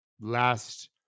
Last